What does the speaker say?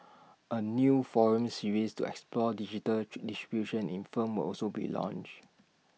A new forum series to explore digital distribution in film will also be launched